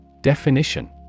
Definition